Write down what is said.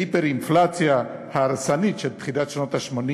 ההיפר-אינפלציה ההרסנית של תחילת שנות ה-80